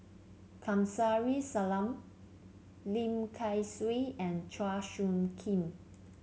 Kamsari Salam Lim Kay Siu and Chua Soo Khim